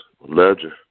legend